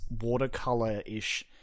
watercolor-ish